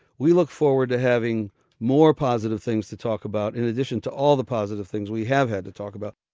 we look forward to having more positive things to talk about, in addition to all the positive things we have had to talk about.